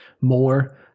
more